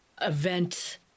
event